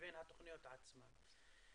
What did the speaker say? לבין התוכניות עצמן.